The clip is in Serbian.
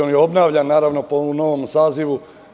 On je obnavljan, naravno, u ovom novom sazivu.